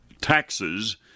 taxes